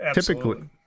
typically